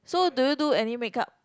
so do you do any makeup